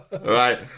Right